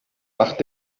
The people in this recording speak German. macht